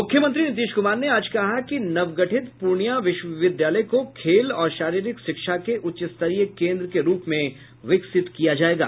मुख्यमंत्री नीतीश कुमार ने आज कहा कि नवगठित पूर्णिया विश्वविद्यालय को खेल और शारीरिक शिक्षा के उच्चस्तरीय केंद्र के रुप में विकसित किया जायेगा